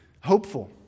hopeful